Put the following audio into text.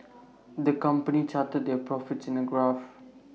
the company charted their profits in A graph